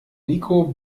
niko